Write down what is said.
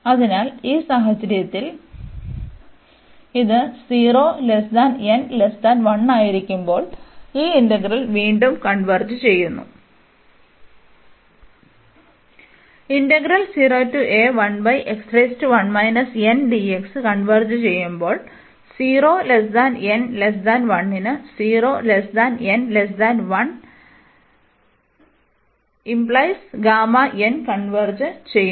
അതിനാൽ ഈ സാഹചര്യത്തിൽ ഇത് 0 n 1 ആയിരിക്കുമ്പോൾ ഈ ഇന്റഗ്രൽ വീണ്ടും കൺവെർജ് ചെയ്യുന്നു